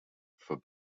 for